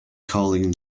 calling